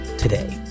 Today